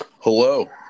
Hello